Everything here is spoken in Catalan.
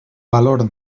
valor